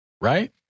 right